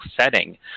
setting